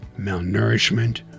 malnourishment